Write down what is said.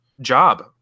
job